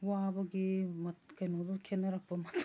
ꯋꯥꯕꯒꯤ ꯀꯩꯅꯣꯗꯣ ꯈꯦꯠꯅꯔꯛꯄ ꯃꯇꯨꯡ